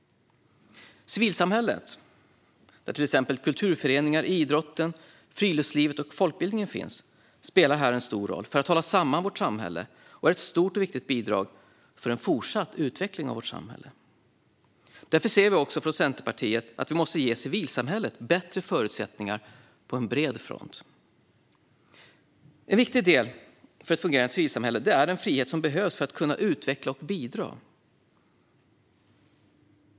Civilsamhället där kulturföreningar, idrotten, friluftslivet och folkbildningen finns spelar en stor roll för att hålla samman vårt samhälle och är ett stort och viktigt bidrag för en fortsatt utveckling. Därför ser vi också från Centerpartiet att vi måste ge civilsamhället bättre förutsättningar på en bred front. En viktig del för ett fungerande civilsamhälle är den frihet som behövs för att kunna utveckla och bidra.